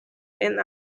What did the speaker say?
and